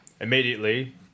Immediately